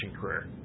career